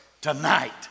tonight